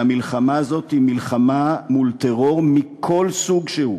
והמלחמה הזאת היא מלחמה מול טרור מכל סוג שהוא,